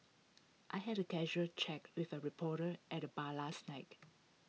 I had A casual chat with A reporter at the bar last night